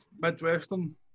Midwestern